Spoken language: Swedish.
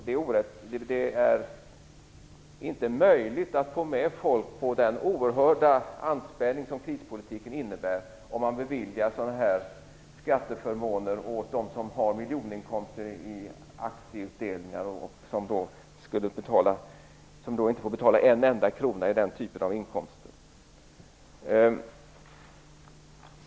Det är inte möjligt att få med folk på den oerhörda anspänning som krispolitiken innebär om man beviljar sådana skatteförmåner åt dem som har miljoninkomster i aktieutdelningar och som då inte skulle behöva betala en enda krona i skatt på den typen av inkomster.